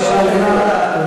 השאלה הובנה.